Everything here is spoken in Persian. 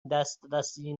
دسترسی